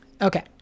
Okay